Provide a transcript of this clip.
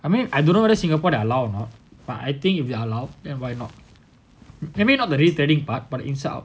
I mean I don't know whether singapore that allowed or not but I think if they allow then why not maybe not returning part but the inside out